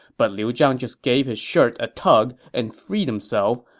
but liu zhang just gave his shirt a tug and freed himself,